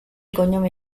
cognome